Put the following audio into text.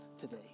today